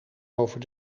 over